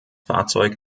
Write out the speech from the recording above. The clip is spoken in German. fahrzeug